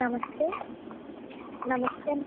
నమస్తే నమస్తే